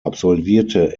absolvierte